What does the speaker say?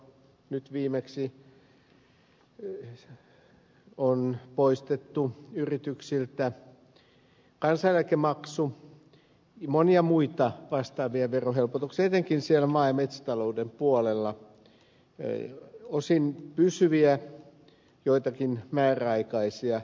nyt viimeksi varallisuusvero on poistettu yrityksiltä kansaneläkemaksu ja monia muita vastaavia verohelpotuksia etenkin maa ja metsätalouden puolella osin pysyviä joitakin määräaikaisia